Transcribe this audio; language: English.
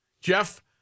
Jeff